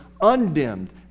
undimmed